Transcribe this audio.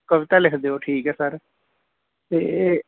ਕਵਿਤਾ ਲਿਖਦੇ ਹੋ ਠੀਕ ਹੈ ਸਰ ਅਤੇ